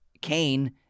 Cain